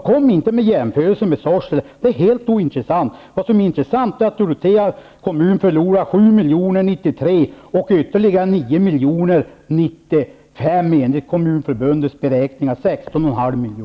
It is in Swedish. Kom inte med jämförelser med Sorsele! Det är helt ointressant. Vad som är intressant är att Dorotea kommun förlorar 7 miljoner 1993 och ytterligare 9